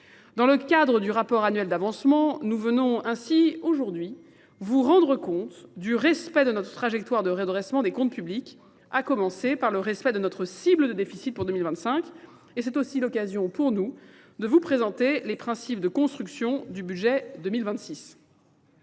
Dans le cadre du rapport annuel d'avancement, nous venons ainsi, aujourd'hui, vous rendre compte du respect de notre trajectoire de rédressement des comptes publics, à commencer par le respect de notre cible de déficit pour 2025, et c'est aussi l'occasion pour nous de vous présenter les principes de construction du budget 2026.